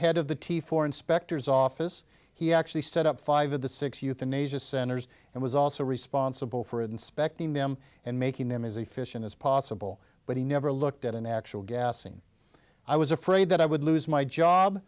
head of the t four inspectors office he actually set up five of the six euthanasia centers and was also responsible for inspecting them and making them as a fission as possible but he never looked at an actual gassing i was afraid that i would lose my job